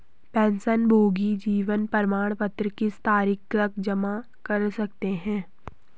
पेंशनभोगी जीवन प्रमाण पत्र किस तारीख तक जमा कर सकते हैं?